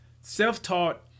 Self-taught